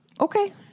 Okay